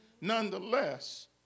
Nonetheless